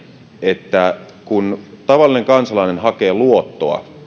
että kun tavallinen kansalainen hakee luottoa